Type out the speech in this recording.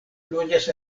loĝas